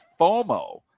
FOMO